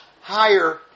higher